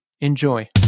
enjoy